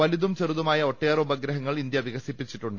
വലതും ചെറുതുമായ ഒട്ടേറെ ഉപ ഗ്രഹങ്ങൾ ഇന്ത്യ വികസിപ്പിച്ചിട്ടുണ്ട്